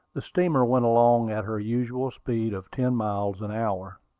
the steamer went along at her usual speed of ten miles an hour.